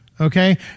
okay